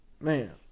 Man